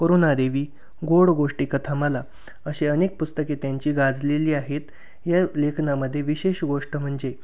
करुणादेवी गोड गोष्टी कथामाला असे अनेक पुस्तके त्यांची गाजलेली आहेत या लेखनामध्ये विशेष गोष्ट म्हणजे